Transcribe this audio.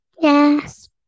Yes